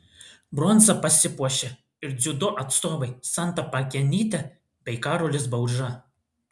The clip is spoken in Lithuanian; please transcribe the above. bronza pasipuošė ir dziudo atstovai santa pakenytė bei karolis bauža